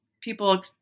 people